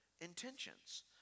intentions